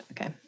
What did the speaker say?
Okay